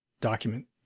document